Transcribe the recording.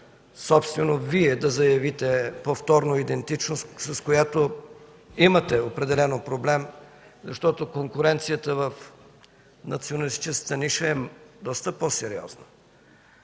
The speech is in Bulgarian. собствено Вие да заявите повторно идентичност, с която имате определено проблем, защото конкуренцията в националистическата ниша е доста по-сериозна.